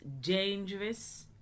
dangerous